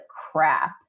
crap